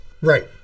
Right